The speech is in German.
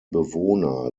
bewohner